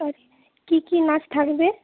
plus কী কী নাচ থাকবে